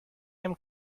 atm